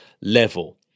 level